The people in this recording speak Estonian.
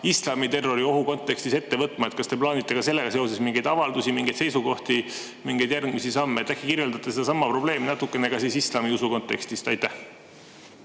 islamiterroriohu kontekstis ette võtma? Kas te plaanite ka sellega seoses mingeid avaldusi, mingeid seisukoha[võtte], mingeid järgmisi samme? Äkki kirjeldate sedasama probleemi natukene ka islamiusu kontekstis. Aitäh!